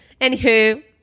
Anywho